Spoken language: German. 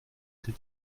die